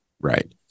Right